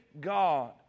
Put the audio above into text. God